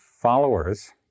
followers